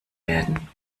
werden